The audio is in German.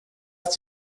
ist